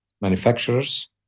manufacturers